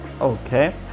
okay